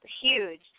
huge